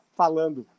falando